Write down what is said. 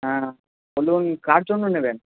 হ্যাঁ বলুন কার জন্য নেবেন